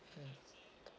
mmhmm